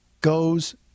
goes